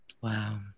Wow